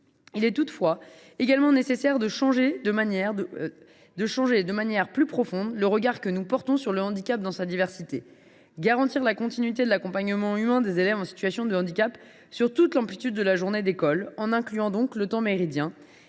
Il est toutefois nécessaire également de changer de manière plus profonde le regard que nous portons sur le handicap dans sa diversité. Garantir la continuité de l’accompagnement humain des élèves en situation de handicap sur toute l’amplitude de la journée d’école, en incluant le temps méridien,